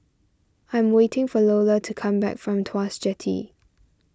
I'm waiting for Lola to come back from Tuas Jetty